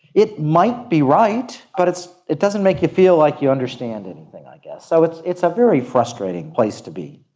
it might be right, but it it doesn't make you feel like you understand anything, i guess. so it's it's a very frustrating place to be.